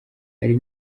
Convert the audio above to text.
hari